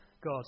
God